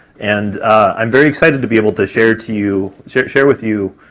and i'm very excited to be able to share to you share share with you